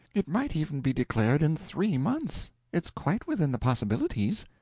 it might even be declared in three months it's quite within the possibilities.